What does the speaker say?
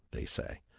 they say.